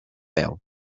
peu